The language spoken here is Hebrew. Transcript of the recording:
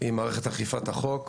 עם מערכת אכיפת החוק,